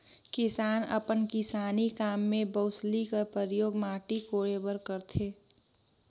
किसान अपन किसानी काम मे बउसली कर परियोग माटी कोड़े बर करथे